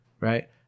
right